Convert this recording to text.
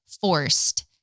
forced